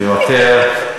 מוותר.